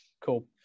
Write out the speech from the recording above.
cool